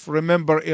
remember